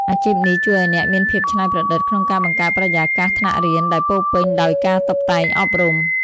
អាជីពនេះជួយឱ្យអ្នកមានភាពច្នៃប្រឌិតក្នុងការបង្កើតបរិយាកាសថ្នាក់រៀនដែលពោរពេញដោយការតុបតែងអប់រំ។